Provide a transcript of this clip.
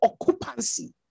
occupancy